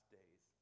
days